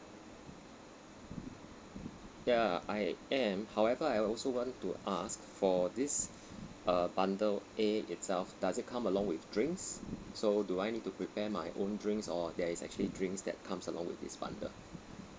ya I am however I also want to ask for this uh bundle A itself does it come along with drinks so do I need to prepare my own drinks or there is actually drinks that comes along with this bundle